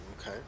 Okay